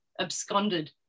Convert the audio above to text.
absconded